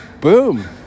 boom